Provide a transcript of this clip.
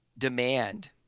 Demand